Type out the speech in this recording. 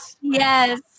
Yes